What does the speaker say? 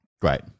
Great